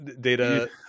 data